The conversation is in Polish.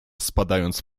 spadając